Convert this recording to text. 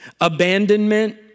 abandonment